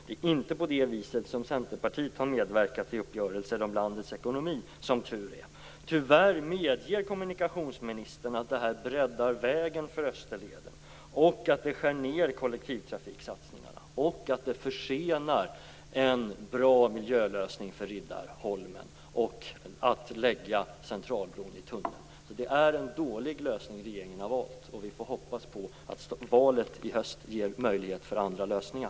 Det är inte på det viset som Centerpartiet har medverkat till uppgörelser om landets ekonomi, som tur är. Tyvärr medger kommunikationsministern att detta breddar vägen för Österleden, att det skär ned kollektivtrafiksatsningarna, att det försenar en bra miljölösning för Riddarholmen och en förläggning av Centralbron i tunnel. Så det är en dålig lösning som regeringen har valt. Vi får hoppas att valet i höst ger möjlighet för andra lösningar.